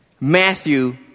Matthew